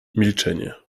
milczenie